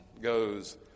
goes